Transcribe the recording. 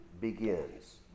begins